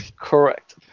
Correct